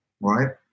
right